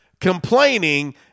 complaining